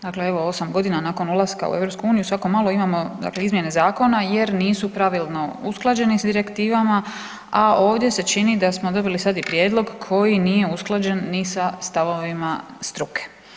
Dakle, evo 8.g. nakon ulaska u EU svako malo imamo dakle izmjene zakona jer nisu pravilno usklađeni s direktivama, a ovdje se čini da smo dobili sad i prijedlog koji nije usklađen ni sa stavovima struke.